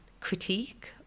critique